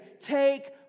take